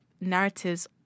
narratives